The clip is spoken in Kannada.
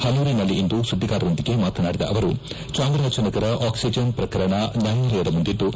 ಹನೂರಿನಲ್ಲಿಂದು ಸುದ್ವಿಗಾರರೊಂದಿಗೆ ಮಾತನಾಡಿದ ಅವರು ಚಾಮರಾಜನಗರ ಆಕ್ಲಿಜನ್ ಪ್ರಕರಣ ನ್ಯಾಯಾಲಯದ ಮುಂದಿದ್ದು